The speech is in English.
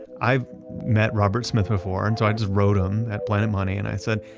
i've met robert smith before and so i just wrote him at planet money and i said,